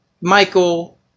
Michael